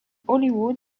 hollywood